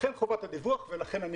לכן חובת הדיווח, וזה מה שחשוב.